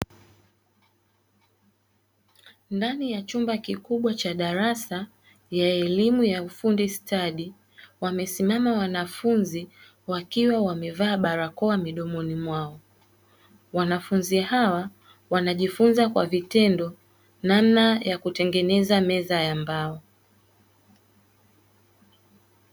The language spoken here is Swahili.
Ndani ya chumba kikubwa cha darasa ya elimu ya ufundi stadi, wamesimama wanafunzi wakiwa wamevaa barakoa midomoni mwao. Wanafunzi hawa wanajifunza kwa vitendo namna ya kutengeneza meza ya mbao..